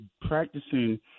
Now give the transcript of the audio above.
practicing